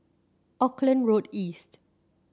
Auckland Road East